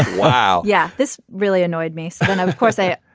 wow. yeah. this really annoyed me so then of course i.